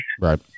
right